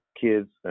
kids